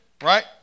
Right